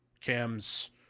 Cam's